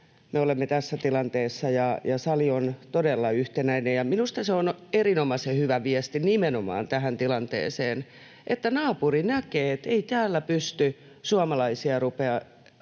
me olemme tässä tilanteessa ja sali on todella yhtenäinen, ja minusta se on erinomaisen hyvä viesti nimenomaan tähän tilanteeseen — että naapuri näkee, että ei täällä pysty suomalaisia tällä